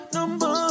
Number